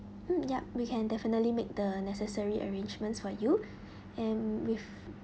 mm yup we can definitely make the necessary arrangements for you and with